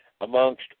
amongst